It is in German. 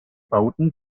bauten